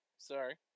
sorry